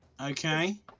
okay